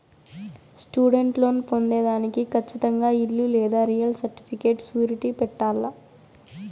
student loan పొందేదానికి కచ్చితంగా ఇల్లు లేదా రియల్ సర్టిఫికేట్ సూరిటీ పెట్టాల్ల